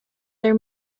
their